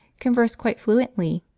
converse quite fluently,